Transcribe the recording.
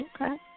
Okay